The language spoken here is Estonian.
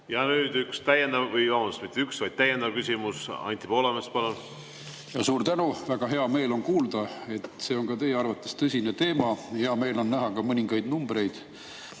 Ja nüüd üks täiendav või, vabandust, mitte üks, vaid täiendav küsimus. Anti Poolamets, palun! Suur tänu! Väga hea meel on kuulda, et see on ka teie arvates tõsine teema. Ja hea meel oli kuulda ka mõningaid numbreid.